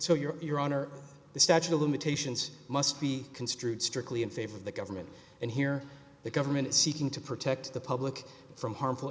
so you're your honor the statute of limitations must be construed strictly in favor of the government and here the government is seeking to protect the public from harmful